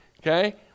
okay